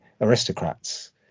aristocrats